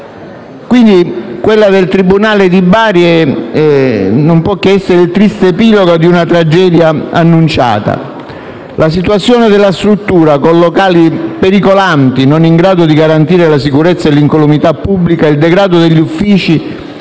Quindi, quello del tribunale di Bari non può che essere il triste epilogo di una tragedia annunciata. La situazione della struttura, con locali pericolanti, non in grado di garantire la sicurezza e l'incolumità pubblica, il degrado degli uffici